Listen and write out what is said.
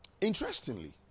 interestingly